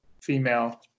female